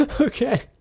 Okay